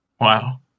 Wow